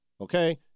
okay